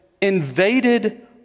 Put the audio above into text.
invaded